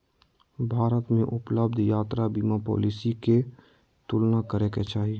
भारत में उपलब्ध यात्रा बीमा पॉलिसी के तुलना करे के चाही